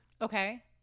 Okay